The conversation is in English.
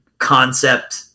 Concept